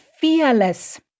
fearless